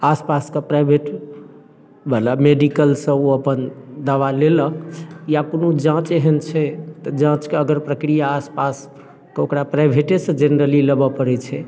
आसपासके प्राइवेटवला मेडिकलसँ ओ अपन दवा लेलक या कोनो जाँच एहन छै तऽ जाँचके अगर प्रक्रिया आसपास तऽ ओकरा प्राइवेटेसँ जेनरली लेबऽ पड़ै छै